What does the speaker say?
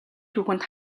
түүхэнд